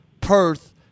Perth